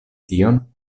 tion